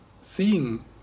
seeing